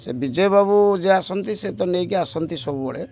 ସେ ବିଜୟ ବାବୁ ଯିଏ ଆସନ୍ତି ସେ ତ ନେଇକି ଆସନ୍ତି ସବୁବେଳେ